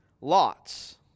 lots